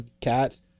cats